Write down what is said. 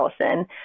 Allison